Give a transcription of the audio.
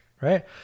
Right